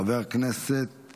חבר הכנסת